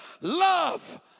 love